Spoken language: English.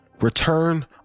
return